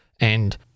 And-